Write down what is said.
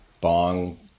bong